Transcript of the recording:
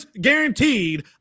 guaranteed